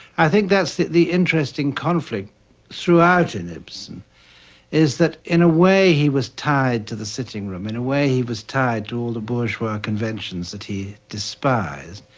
i think that's the the interesting conflict throughout in ibsen is that, in a way, he was tied to the sitting room. in a way, he was tied to all the bourgeois conventions that he despised.